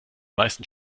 meisten